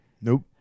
Nope